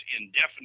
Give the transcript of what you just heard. indefinite